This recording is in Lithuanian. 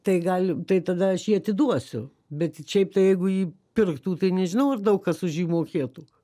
tai gali tai tada aš jį atiduosiu bet šiaip tai jeigu jį pirktų tai nežinau ar daug kas už jį mokėtų